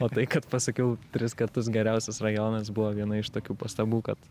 o tai kad pasakiau tris kartus geriausias rajonas buvo viena iš tokių pastabų kad